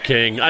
King